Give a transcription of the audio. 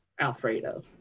alfredo